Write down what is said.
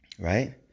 Right